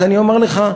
אז אני אומר לך: